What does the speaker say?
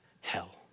hell